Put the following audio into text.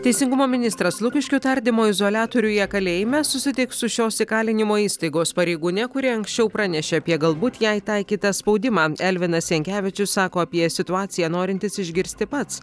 teisingumo ministras lukiškių tardymo izoliatoriuje kalėjime susitiks su šios įkalinimo įstaigos pareigūne kuri anksčiau pranešė apie galbūt jai taikytą spaudimą elvinas jankevičius sako apie situaciją norintis išgirsti pats